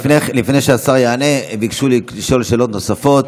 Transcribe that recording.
לפני שהשר יענה, ביקשו לשאול שאלות נוספות.